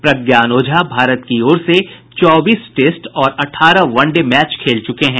प्रज्ञान ओझा भारत की ओर से चौबीस टेस्ट और अठारह वन डे मैच खेल चुके हैं